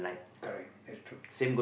correct that's true